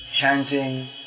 chanting